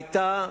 היתה,